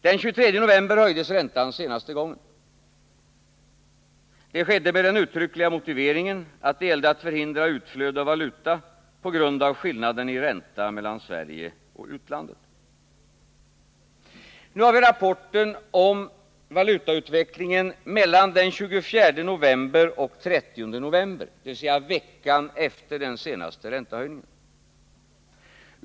Den 23 november höjdes räntan senaste gången. Det skedde med den uttryckliga motiveringen att det gällde att förhindra ett utflöde av valuta på grund av skillnaden i ränta mellan Sverige och utlandet. Nu finns det en rapport om valutautvecklingen mellan den 24 november och den 30 november, dvs. veckan efter den senaste räntehöjningen.